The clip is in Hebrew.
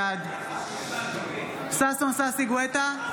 בעד ששון ששי גואטה,